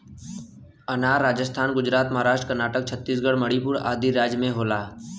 अनार राजस्थान गुजरात महाराष्ट्र कर्नाटक छतीसगढ़ मणिपुर आदि राज में होला